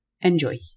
Enjoy